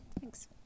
Thanks